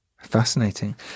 Fascinating